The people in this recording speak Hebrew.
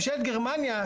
ממשלת גרמניה,